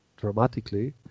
dramatically